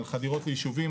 על חדירות ליישובים,